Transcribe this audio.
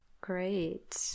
Great